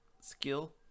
skill